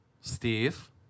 Steve